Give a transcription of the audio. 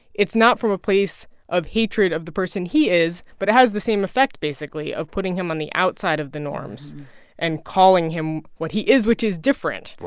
it's not from a place of hatred of the person he is, but it has the same effect, basically, of putting him on the outside of the norms and calling him what he is, which is different. right.